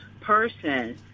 person